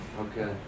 Okay